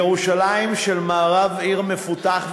ירושלים של מערב, עיר מפותחת ותוססת,